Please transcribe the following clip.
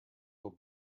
will